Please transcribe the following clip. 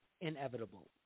inevitable